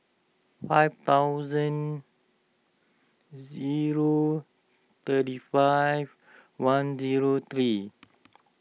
five thousand zero thirty five one zero three